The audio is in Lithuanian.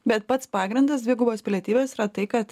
bet pats pagrindas dvigubos pilietybės yra tai kad